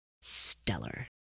stellar